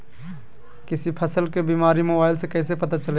किसी फसल के बीमारी मोबाइल से कैसे पता चलेगा?